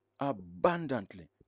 abundantly